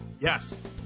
Yes